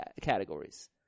categories